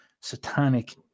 satanic